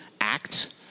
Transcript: act